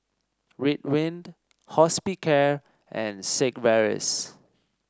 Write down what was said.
Ridwind Hospicare and Sigvaris